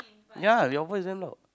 ya your voice damn loud